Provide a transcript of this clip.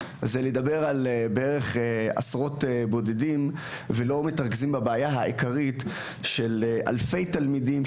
זה לדבר על עשרות בודדים ולא מתרכזים בבעיה העיקרית של אלפי תלמידים,